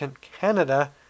Canada